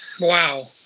Wow